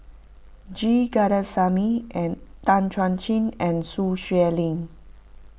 G Kandasamy and Tan Chuan Jin and Sun Xueling